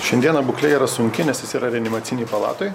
šiandieną būklė yra sunki nes jis yra reanimacinėj palatoj